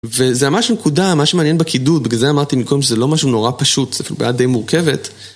וזה ממש נקודה, מה שמעניין בקידוד, בגלל זה אמרתי מקודם שזה לא משהו נורא פשוט, זה בעיה די מורכבת.